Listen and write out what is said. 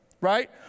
right